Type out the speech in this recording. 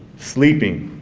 sleeping.